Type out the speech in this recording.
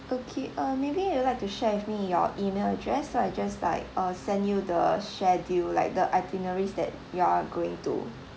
okay uh maybe you would like to share with me your email address so I just like uh send you the schedule like the itineraries that you're going to